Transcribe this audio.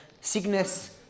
sickness